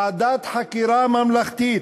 וועדת חקירה מממלכתית,